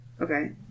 Okay